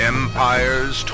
Empire's